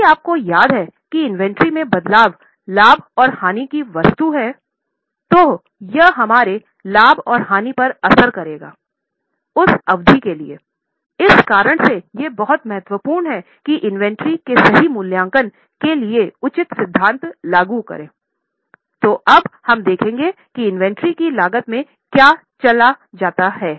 यदि आपको याद है कि इन्वेंट्री की लागत में क्या चला जाता है